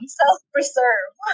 self-preserve